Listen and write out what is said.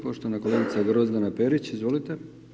Poštovana kolegica Grozdana Perić, izvolite.